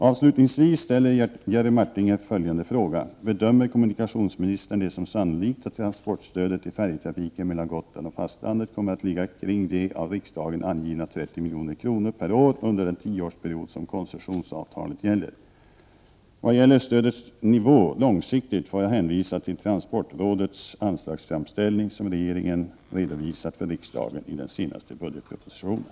Avslutningsvis ställer Jerry Martinger följande fråga: Bedömer kommunikationsministern det som sannolikt att transportstödet till färjetrafiken mellan Gotland och fastlandet kommer att ligga kring de av riksdagen angivna 30 milj.kr. per år under den tioårsperiod som koncessionsavtalet gäller? Vad gäller stödets nivå långsiktigt får jag hänvisa till transportrådets anslagsframställning, som regeringen redovisat för riksdagen i den senaste budgetpropositionen.